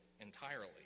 entirely